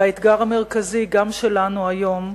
והאתגר המרכזי גם שלנו היום,